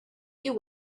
you